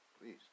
please